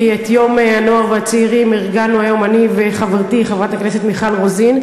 כי את יום הנוער והצעירים ארגנו היום אני וחברתי חברת הכנסת מיכל רוזין,